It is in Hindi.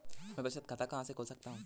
मैं बचत खाता कहाँ खोल सकता हूँ?